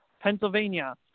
Pennsylvania